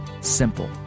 simple